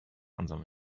ansammelt